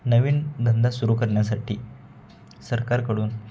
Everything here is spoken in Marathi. नवीन धंदा सुरू करण्यासाठी सरकारकडून